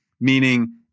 meaning